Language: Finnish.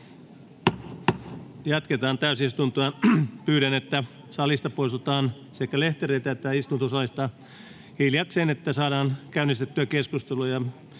Jatketaan täysistuntoa. Pyydän, että sekä lehtereiltä että istuntosalista poistutaan hiljakseen, niin että saadaan käynnistettyä keskustelu.